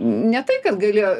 ne tai kad galėjo